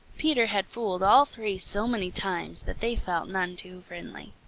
peter had fooled all three so many times that they felt none too friendly.